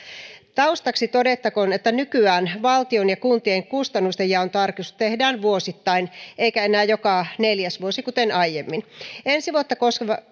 taustaksi todettakoon että nykyään valtion ja kuntien kustannustenjaon tarkistus tehdään vuosittain eikä enää joka neljäs vuosi kuten aiemmin ensi vuotta koskeva